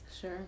Sure